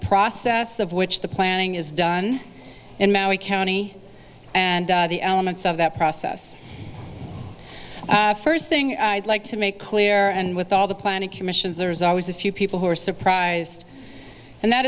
process of which the planning is done in maui county and the elements of that process first thing i'd like to make clear and with all the planning commissions there's always a few people who are surprised and that